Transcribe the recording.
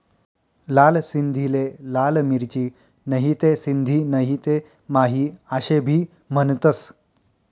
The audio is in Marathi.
लाल सिंधीले लाल मिरची, नहीते सिंधी नहीते माही आशे भी म्हनतंस